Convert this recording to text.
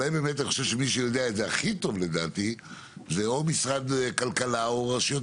אני חושב שאולי מי שיודע את זה הכי טוב זה משרד הכלכלה או הרשויות